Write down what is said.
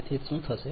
તેથી શું થશે